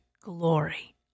glory